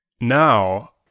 now